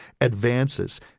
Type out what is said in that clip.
advances